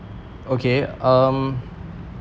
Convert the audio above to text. okay um